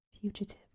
fugitive